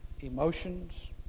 emotions